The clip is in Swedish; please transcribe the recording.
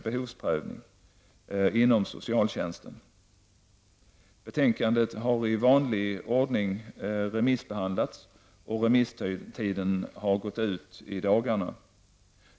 Betänkandet har i vanlig ordning remissbehandalts, och remisstiden har gått ut i dagarna.